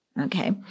Okay